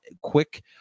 quick